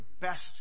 best